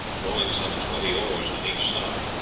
rowing some twenty oars on each side.